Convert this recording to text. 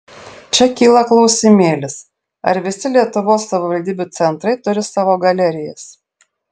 čia kyla klausimėlis ar visi lietuvos savivaldybių centrai turi savo galerijas